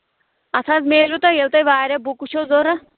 اَتھ حظ میلوٕ تۄہہِ ییٚلہِ تۄہہِ واریاہ بُکہٕ چھَو ضروٗرت